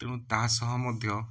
ତେଣୁ ତାହା ସହ ମଧ୍ୟ